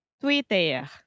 Twitter